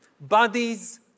bodies